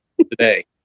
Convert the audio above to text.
today